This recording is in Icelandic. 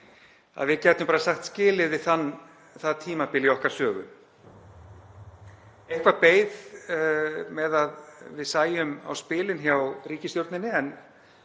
að við gætum bara sagt skilið við það tímabil í okkar sögu. Eitthvað beið með að við sæjum á spilin hjá ríkisstjórninni en